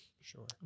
sure